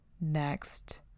next